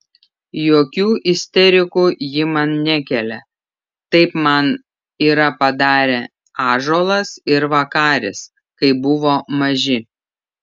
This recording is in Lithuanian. jokių isterikų ji man nekelia taip man yra padarę ąžuolas ir vakaris kai buvo maži